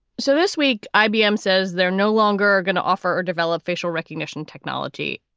so this week, ibm says they're no longer going to. offer or develop facial recognition technology.